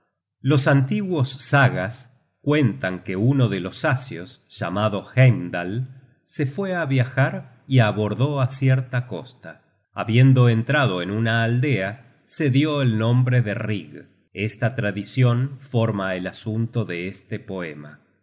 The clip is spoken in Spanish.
los antiguos sagas cuentan que uno de los asios llamado heimdal se fue á viajar y abordó á cierta costa habiendo entrado en una aldea se dió el nombre de rig esta tradicion forma el asunto de este poema